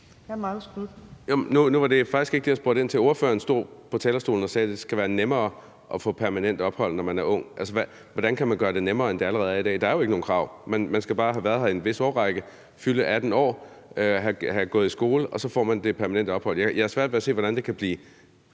Nu var det faktisk ikke det, jeg spurgte ind til. Ordføreren stod på talerstolen og sagde, at det skal være nemmere at få permanent ophold, når man er ung. Hvordan kan man gøre det nemmere, end det allerede er i dag? Der er jo ikke nogen krav. Man skal bare have været her en vis årrække, fylde 18 år, have gået i skole, og så får man permanent ophold. Jeg har svært ved at se, hvordan det kan blive